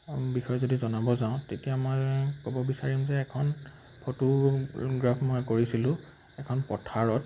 বিষয়ে যদি জনাব যাওঁ তেতিয়া মই ক'ব বিচাৰিম যে এখন ফটোগ্ৰাফ মই কৰিছিলোঁ এখন পথাৰত